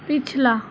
पिछला